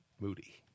Moody